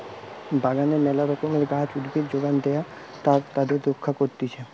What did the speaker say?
বাগানে মেলা রকমের গাছ, উদ্ভিদ যোগান দেয়া আর তাদের রক্ষা করতিছে